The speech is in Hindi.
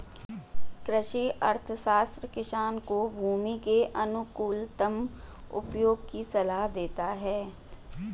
कृषि अर्थशास्त्र किसान को भूमि के अनुकूलतम उपयोग की सलाह देता है